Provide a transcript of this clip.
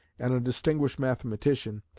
and a distinguished mathematician,